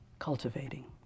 cultivating